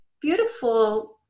beautiful